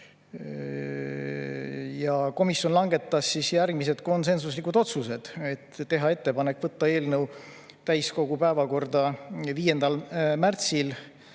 Komisjon langetas järgmised konsensuslikud otsused: teha ettepanek võtta eelnõu täiskogu päevakorda 5. märtsil